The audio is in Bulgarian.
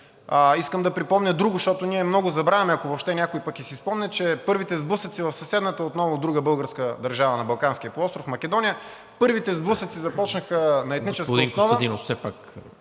Искам да припомня друго, защото ние много забравяме, ако въобще някой пък си и спомня, че първите сблъсъци в съседната отново друга българска държава на Балканския полуостров – Македония, първите сблъсъци започнаха на етническа основа…